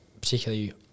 particularly